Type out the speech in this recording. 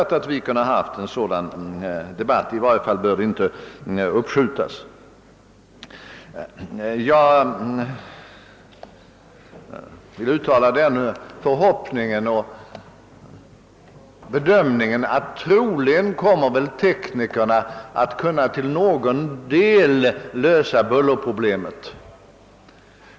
Under alla förhållanden bör en sådan inte uppskjutas onödigt länge. Ett litet tillägg: Jag vill uttala den förvissningen att teknikerna till väsentlig del kommer att kunna lösa bullerproblemet.